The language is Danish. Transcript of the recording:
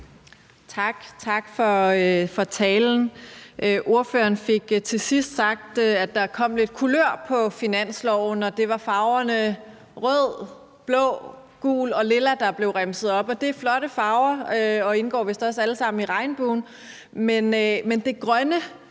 Tak for talen. Ordføreren fik til sidst sagt, at der kom lidt kulør på finansloven, og det var farverne rød, blå, gul og lilla, der blev remset op. Det er flotte farver, og de indgår vist også alle sammen i regnbuen.